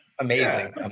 amazing